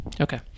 Okay